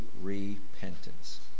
repentance